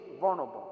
vulnerable